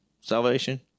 salvation